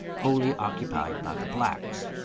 wholly occupied by the blacks.